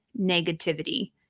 negativity